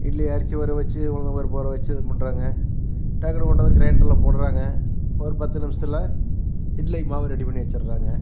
இட்லி அரிசி ஊற வெச்சு உளுந்தம்பருப்பு ஊற வெச்சு இது பண்ணுறாங்க டக்குன்னு கொண்டாந்து கிரைண்டரில் போடுறாங்க ஒரு பத்து நிமிஷத்தில் இட்லிக்கு மாவு ரெடி பண்ணி வச்சிடறாங்க